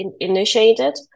initiated